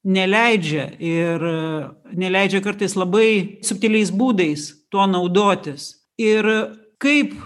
neleidžia ir neleidžia kartais labai subtiliais būdais tuo naudotis ir kaip